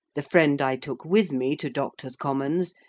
the friend i took with me to doctors' commons,